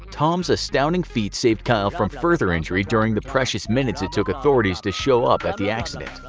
tom's astounding feat saved kyle from further injury during the precious minutes it took authorities to show up at the accident.